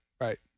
right